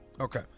Okay